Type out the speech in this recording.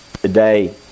today